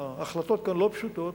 ההחלטות כאן לא פשוטות,